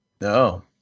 No